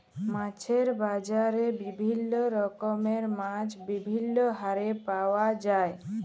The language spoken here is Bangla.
মাছের বাজারে বিভিল্য রকমের মাছ বিভিল্য হারে পাওয়া যায়